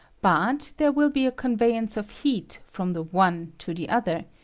but there will be a conveyance of heat from the one to the other,